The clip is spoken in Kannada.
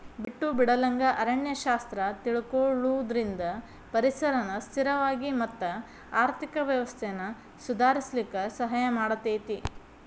ಬಿಟ್ಟು ಬಿಡಲಂಗ ಅರಣ್ಯ ಶಾಸ್ತ್ರ ತಿಳಕೊಳುದ್ರಿಂದ ಪರಿಸರನ ಸ್ಥಿರವಾಗಿ ಮತ್ತ ಆರ್ಥಿಕ ವ್ಯವಸ್ಥೆನ ಸುಧಾರಿಸಲಿಕ ಸಹಾಯ ಮಾಡತೇತಿ